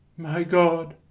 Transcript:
my god,